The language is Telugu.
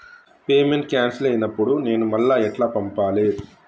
పేమెంట్ క్యాన్సిల్ అయినపుడు నేను మళ్ళా ఎట్ల పంపాలే?